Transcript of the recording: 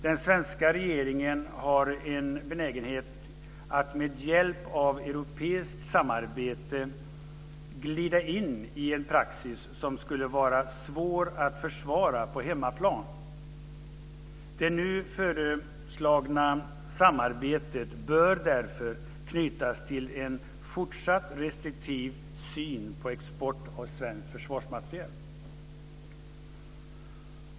Den svenska regeringen har en benägenhet att med hjälp av europeiskt samarbete glida in i en praxis som skulle vara svår att försvara på hemmaplan. Det nu föreslagna samarbetet bör därför knytas till en fortsatt restriktiv syn på export av svensk försvarsmateriel.